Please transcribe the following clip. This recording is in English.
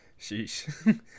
sheesh